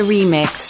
Remix